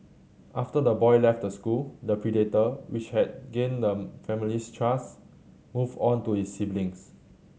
after the boy left the school the predator which had gained the family's trust moved on to his siblings